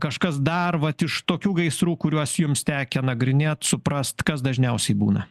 kažkas dar vat iš tokių gaisrų kuriuos jums tekę nagrinėt suprast kas dažniausiai būna